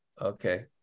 Okay